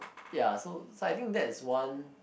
ya so so I think that is one